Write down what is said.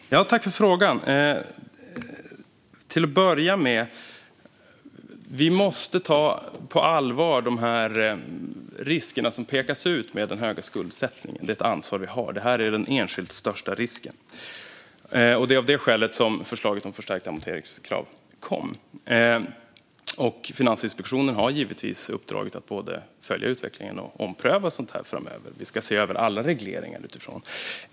Herr talman! Tack för frågan! Till att börja med måste vi ta de risker som pekas ut med den höga skuldsättningen på allvar. Det är ett ansvar vi har, för detta är den enskilt största risken. Det var av det skälet som förslaget om förstärkt amorteringskrav lades fram. Finansinspektionen har givetvis uppdraget att både följa utvecklingen och ompröva sådant här framöver. Vi ska se över alla regleringar utifrån detta.